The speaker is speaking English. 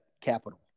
capital